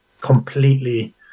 completely